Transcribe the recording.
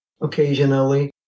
occasionally